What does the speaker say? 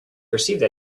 perceived